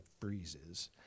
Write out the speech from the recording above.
freezes